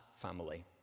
family